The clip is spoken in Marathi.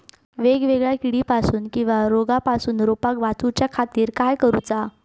वेगवेगल्या किडीपासून किवा रोगापासून रोपाक वाचउच्या खातीर काय करूचा?